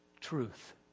truth